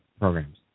programs